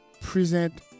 present